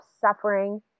suffering